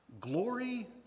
Glory